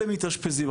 אלה מתאשפזים,